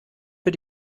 für